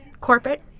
corporate